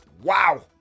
Wow